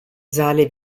saale